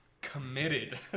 committed